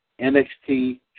NXT